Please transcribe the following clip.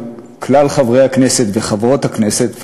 לכלל חברי הכנסת וחברות הכנסת,